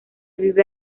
vive